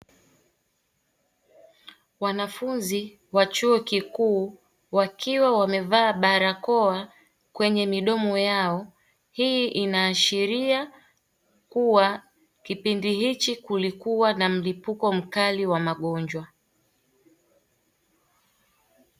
Wanafunzi wa chuo kikuu wakiwa wamevaa barakoa kwenye midomo yao, hii inashiria kuwa kipindi hichi kulikuwa na mlipuko mkali wa magonjwa.